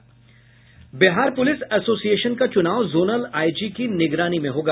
Bihar police association का चुनाव zonal IG की निगरानी में होगा